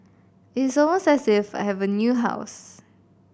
it is almost as if I have a new house